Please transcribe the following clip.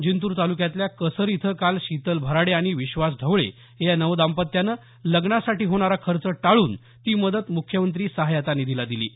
जिंतूर तालुक्यातल्या कसर इथं काल शितल भराडे आणि विश्वास ढवळे या नवदाम्पत्यानं लग्नासाठी होणारा खर्च टाळून ती मदत मुख्यमंत्री सहायता निधीला दिली आहे